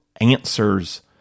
answers